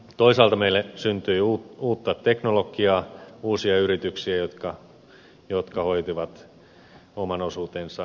toisaalta meille syntyi uutta teknologiaa uusia yrityksiä jotka hoitivat oman osuutensa veroista